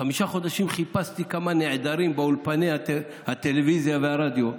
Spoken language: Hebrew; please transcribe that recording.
חיפשתי כמה נעדרים באולפני הטלוויזיה והרדיו.